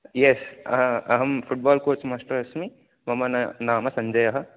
यस् अहं football coach master अस्मि मम न नाम सञ्जयः